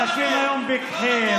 אנשים היום פיקחים.